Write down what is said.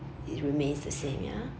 it remains the same ya